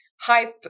hype